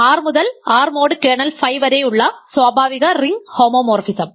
R മുതൽ R mod kernel phi വരെ ഉള്ള സ്വാഭാവിക റിംഗ് ഹോമോമോർഫിസം